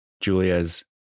Julia's